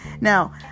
now